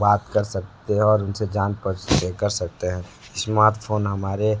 बात कर सकते हैं और उसने जान पहचान कर सकते हैं स्मार्टफ़ोन हमारे